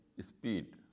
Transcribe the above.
speed